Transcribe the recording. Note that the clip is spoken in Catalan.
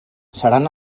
seran